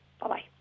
Bye-bye